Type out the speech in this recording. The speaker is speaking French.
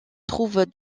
trouve